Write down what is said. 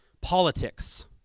politics